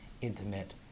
intimate